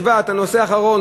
השווה את הנושא האחרון,